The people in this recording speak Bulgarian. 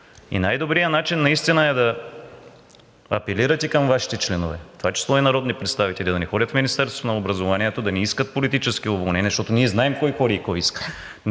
Най добрият начин е наистина да апелирате към Вашите членове – в това число и народни представители, да не ходят в Министерството на образованието и да не искат политически уволнения, защото ние знаем кой ходи и кой иска.